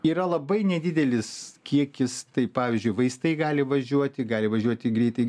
yra labai nedidelis kiekis tai pavyzdžiui vaistai gali važiuoti gali važiuoti greitai